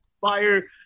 fire